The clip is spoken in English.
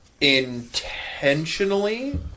Intentionally